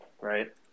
right